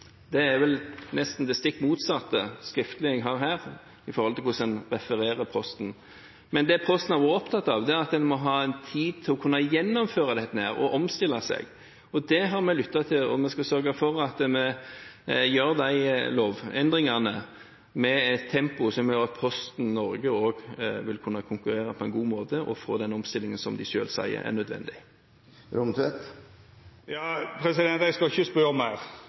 Det er vel nesten det stikk motsatte jeg har skriftlig her i forhold til hvordan en referer Posten. Det Posten er opptatt av, er at de må ha tid til å kunne gjennomføre dette og omstille seg. Det har vi lyttet til, og vi skal sørge for at vi foretar lovendringene i et tempo som gjør at Posten Norge også vil kunne konkurrere på en god måte og få den omstillingen som de selv sier er nødvendig. Eg skal